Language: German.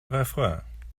refrain